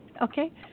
Okay